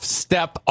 step